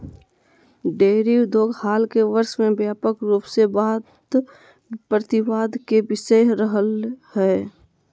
dairy उद्योग हाल के वर्ष में व्यापक रूप से वाद प्रतिवाद के विषय रहलय हें